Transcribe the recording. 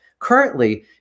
currently